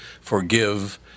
Forgive